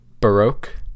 baroque